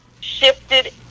shifted